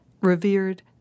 Revered